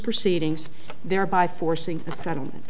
proceedings thereby forcing a settlement